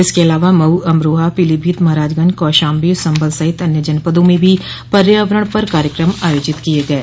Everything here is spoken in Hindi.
इसके अलावा म मऊ अमरोहा पीलीभीत महराजगंज कौशाम्बी संभल सहित अन्य जनपदों में भी पर्यावरण पर कार्यक्रम आयोजित किये गये